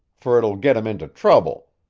fer it'll git em into trouble,